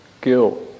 guilt